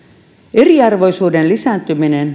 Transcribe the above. eriarvoisuuden lisääntyminen